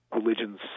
religions